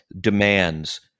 demands